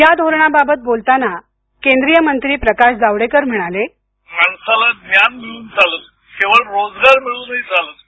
या धोरणाबाबत बोलताना केंद्रीय मंत्री प्रकाश जावडेकर म्हणाले ध्वनी माणसाला ज्ञान मिळून चालत नाही केवळ रोजगार मिळूनही चालत नाही